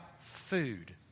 food